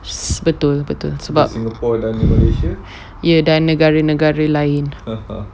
betul betul sebab ya dan negara-negara lain